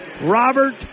Robert